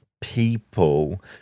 people